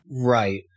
Right